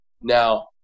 Now